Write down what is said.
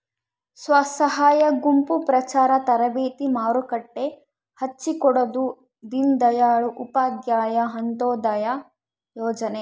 ಸ್ವಸಹಾಯ ಗುಂಪು ಪ್ರಚಾರ ತರಬೇತಿ ಮಾರುಕಟ್ಟೆ ಹಚ್ಛಿಕೊಡೊದು ದೀನ್ ದಯಾಳ್ ಉಪಾಧ್ಯಾಯ ಅಂತ್ಯೋದಯ ಯೋಜನೆ